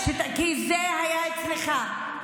כי זה היה אצלך,